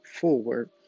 forward